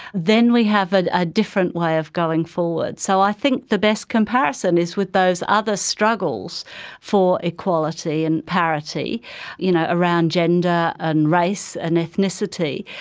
then we have a different way of going forward. so i think the best comparison is with those other struggles for equality and parity you know around gender and race and ethnicity.